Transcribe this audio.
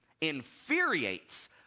Infuriates